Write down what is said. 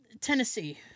Tennessee